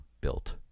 built